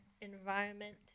environment